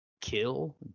kill